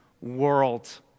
world